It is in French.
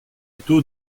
taux